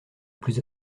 plus